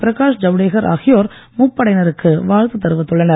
பிரகாஷ் ஜவடேக்கர் ஆகியோர் முப்படையினருக்கு வாழ்த்து தெரிவித்துள்ளனர்